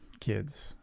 kids